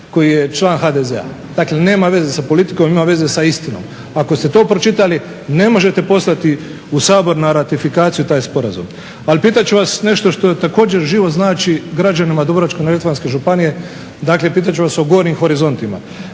koji je član HDZ-a. Dakle nema veze sa politikom, ima veze sa istinom. Ako ste to pročitali ne možete poslati u Sabor na ratifikaciju taj sporazum. Ali pitat ću vas nešto što također život znači građanima Dubrovačko-neretvanske županije, dakle pitat ću vas o "Gornjim horizontima".